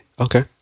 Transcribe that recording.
okay